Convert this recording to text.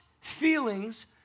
feelings